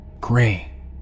Gray